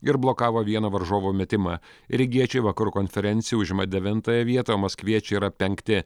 ir blokavo vieną varžovo metimą rygiečiai vakarų konferencijoj užima devintąją vietą o maskviečiai yra penkti